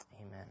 Amen